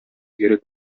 керек